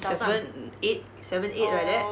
seven eight seven eight like that